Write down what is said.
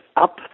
up